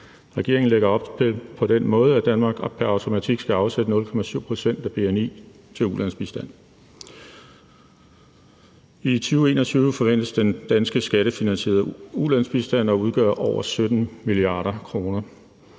Regeringen lægger det op på den måde, at Danmark pr. automatik skal afsætte 0,7 pct. af bni til ulandsbistand. I 2021 forventes den danske skattefinansierede ulandsbistand at udgøre over 17 mia. kr.,